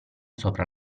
sopra